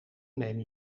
neem